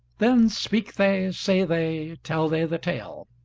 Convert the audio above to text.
then speak they, say they, tell they the tale